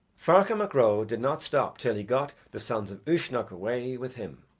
ferchar mac ro did not stop till he got the sons of uisnech away with him,